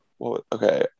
Okay